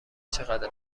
چقدر